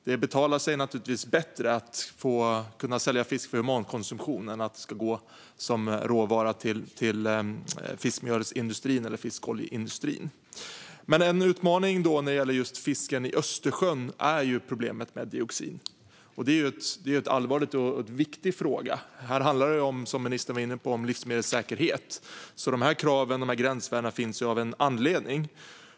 Det betalar sig naturligtvis bättre att sälja fisk för humankonsumtion än som råvara till fiskmjölsindustrin eller fiskoljeindustrin. En utmaning när det gäller just fisken i Östersjön är dock problemet med dioxin. Det är en allvarlig och viktig fråga, för som ministern var inne på handlar det om livsmedelssäkerhet. De här kraven och gränsvärdena finns ju av en anledning.